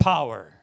Power